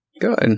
good